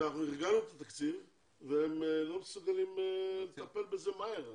אנחנו ארגנו את התקציב והם לא מסוגלים לטפל בזה מהר.